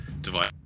device